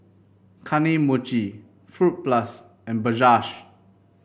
Kane Mochi Fruit Plus and Bajaj